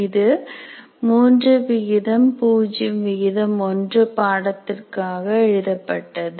இது 301 பாடத்திற்காக எழுதப்பட்டது